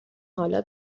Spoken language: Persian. حالا